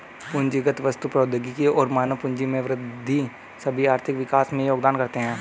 पूंजीगत वस्तु, प्रौद्योगिकी और मानव पूंजी में वृद्धि सभी आर्थिक विकास में योगदान करते है